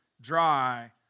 dry